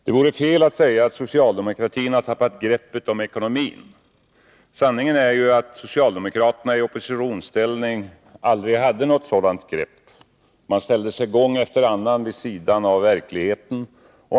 Herr talman! Det vore fel att säga att socialdemokratin har tappat greppet om ekonomin. Sanningen är att socialdemokraterna i oppositionsställning aldrig hade något sådant grepp. Man ställde sig gång efter annan vid sidan av verkligheten.